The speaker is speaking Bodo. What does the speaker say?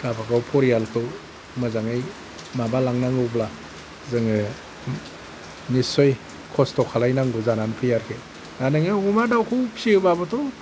गावबा गाव परियालखौ मोजाङै माबालांनांगौब्ला जोङो निसय खस्थ' खालायनांगौ जानानै फैयो आरोखि दा नोङो अमा दावखौ फिसियोबाबोथ'